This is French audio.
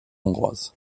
hongroise